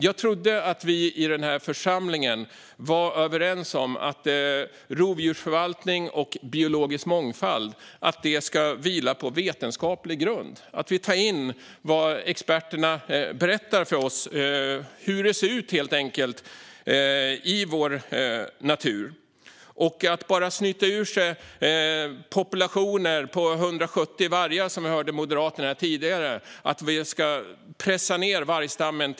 Jag trodde att vi i den här församlingen var överens om att rovdjursförvaltning och biologisk mångfald ska vila på vetenskaplig grund och att vi ska ta in vad experterna berättar för oss om hur det ser ut i vår natur. Man snyter ur sig uttalanden om att vi ska pressa ned vargstammen - det hörde vi från Moderaterna här tidigare - till en population på 170 vargar.